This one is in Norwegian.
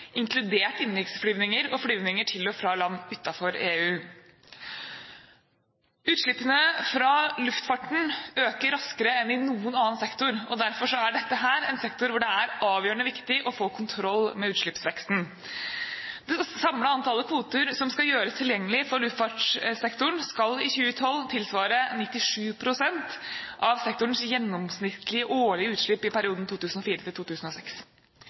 inkludert innenriksflygninger og flygninger til og fra land utenfor EU. Utslippene fra luftfarten øker raskere enn i noen annen sektor, og derfor er dette en sektor hvor det er avgjørende viktig å få kontroll med utslippsveksten. Det samlede antall kvoter som skal gjøres tilgjengelige for luftfartssektoren, skal i 2012 tilsvare 97 pst. av sektorens gjennomsnittlige årlige utslipp i perioden